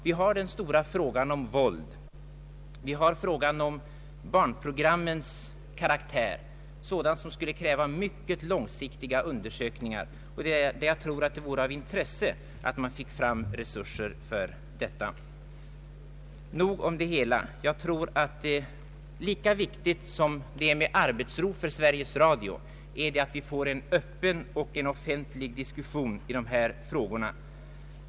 Vi har exempelvis frågan om våld i massmedia, om barnprogrammens karaktär och annat sådant som skulle kräva mycket långsiktiga undersökningar. Jag tror att det vore av intresse att få resurser för detta. Nog om det hela. Jag tror att lika viktigt som det är med arbetsro för Sveriges Radio, lika viktigt är det att vi får en öppen offentlig diskussion om dessa frågor.